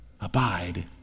Abide